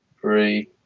three